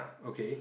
okay